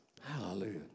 Hallelujah